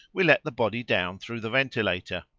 we let the body down through the ventilator.